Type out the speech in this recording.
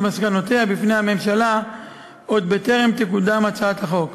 מסקנותיה בפני הממשלה עוד בטרם תקודם הצעת החוק.